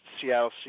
Seattle